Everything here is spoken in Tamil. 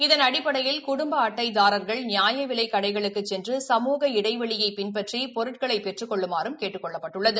இதன் அடிப்படையில் குடும்ப அட்டைதாரா்கள் நியாயவிலைக் கடைகளுக்குச் சென்று சமூக இடைவெளியை பின்பற்றி பொருட்களை பெற்றுக்கொள்றுமாறு கேட்டுக் கொள்ளப்பட்டுள்ளது